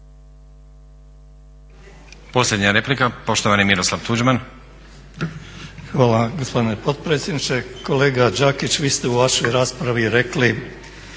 Posljednja replika, poštovani Miroslav Tuđman. **Tuđman, Miroslav (HDZ)** Hvala gospodine potpredsjedniče. Kolega Đakić vi ste u vašoj raspravi rekli,